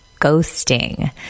ghosting